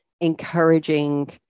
encouraging